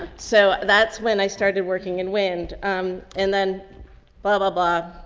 so that's when i started working in wind. um, and then blah, blah, blah,